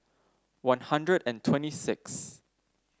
One Hundred and twenty six